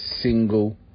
single